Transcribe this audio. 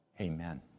Amen